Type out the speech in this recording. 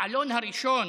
בעלון הראשון